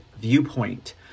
viewpoint